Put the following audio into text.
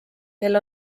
kel